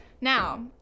Now